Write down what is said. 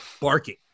barking